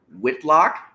Whitlock